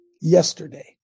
yesterday